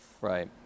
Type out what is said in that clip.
Right